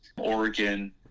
Oregon